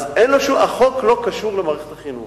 החוק לא קשור למערכת החינוך,